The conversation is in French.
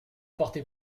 porté